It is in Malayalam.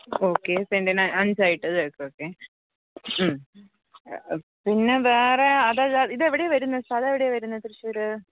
ഓക്കേ സെൻറ്റിന് അഞ്ചായിട്ട്ല്ലേ എസ് ഓക്കേ പിന്നെ വേറെ അതെല്ലാതെ ഇത് എവിടെയാണ് വരുന്നത് സ്ഥലം എവിടെയാണ് വരുന്നത് തൃശ്ശൂർ